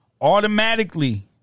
Automatically